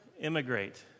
immigrate